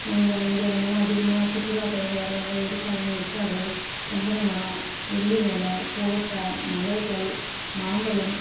எங்கே இங்கே ரொம்பவும் அதிகமாக சுற்றுலா பயணிகள் வர்றாங்க எதுக்காகன்னால் ஏற்காடு சந்தன மரம் வெள்ளி வேலை கோட்டை மலைகள் மாம்பழம்